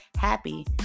happy